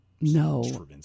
no